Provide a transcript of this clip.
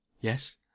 Yes